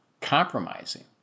compromising